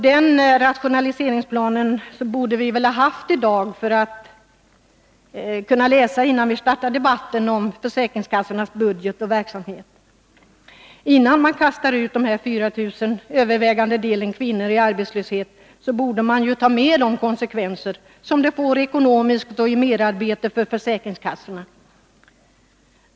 Den rationaliseringsplanen borde vi haft i dag, för att vi skulle ha kunnat läsa om försäkringskassornas budget och verksamhet innan vi startade debatten. Innan vi kastar ut dessa 4 000, till övervägande delen kvinnor, i arbetslöshet borde vi ta med de konsekvenser som det får ekonomiskt och i fråga om merarbete för försäkringskassorna.